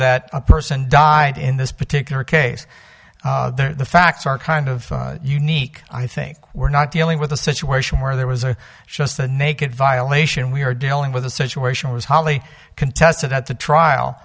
that a person died in this particular case the facts are kind of unique i think we're not dealing with a situation where there was a just a naked violation we're dealing with a situation was hotly contested at the trial